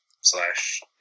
slash